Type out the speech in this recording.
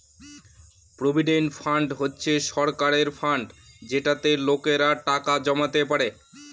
provident fund হচ্ছে সরকারের fund যেটাতে লোকেরা টাকা জমাতে পারে